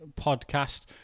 podcast